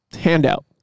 Handout